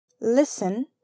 listen